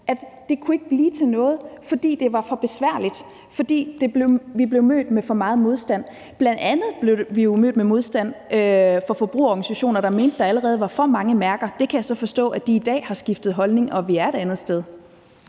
at det ikke kunne blive til noget, fordi det var for besværligt, fordi vi blev mødt med for meget modstand, bl.a. blev vi jo mødt med modstand fra forbrugerorganisationer, der mente, at der allerede var for mange mærker. Der kan jeg så forstå, at de i dag har skiftet holdning, og at vi er et andet sted.